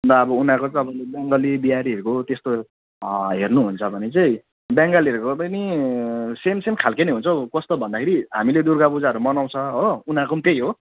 अन्त अब उनीहरूको त अब यो बङ्गाली बिहारीहरूको त्यस्तो अँ हेर्नुहुन्छ भने चाहिँ बङ्गालीहरूको पनि सेम सेम खालके नै हुन्छ हौ कस्तो भन्दाखेरि हामीले दुर्गापूजाहरू मनाउँछ हो उनीहरूको पनि त्यही हो